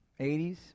80s